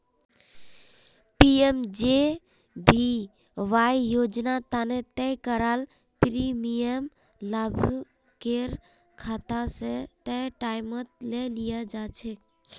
PMJBY योजना तने तय कराल प्रीमियम लाभुकेर खाता स तय टाइमत ले लियाल जाछेक